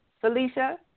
Felicia